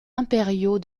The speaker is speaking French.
impériaux